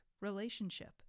relationship